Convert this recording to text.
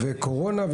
וקורונה,